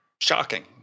Shocking